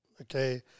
okay